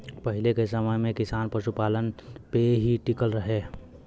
पहिले के समय में किसान पशुपालन पे ही टिकल रहे